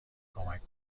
کمک